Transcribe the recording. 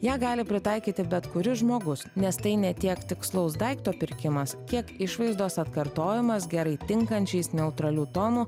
ją gali pritaikyti bet kuris žmogus nes tai ne tiek tikslaus daikto pirkimas kiek išvaizdos atkartojimas gerai tinkančiais neutralių tonų